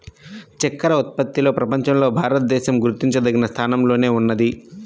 చక్కర ఉత్పత్తిలో ప్రపంచంలో భారతదేశం గుర్తించదగిన స్థానంలోనే ఉన్నది